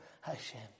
Hashem